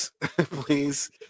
please